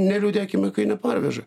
neliūdėkime kai neparveža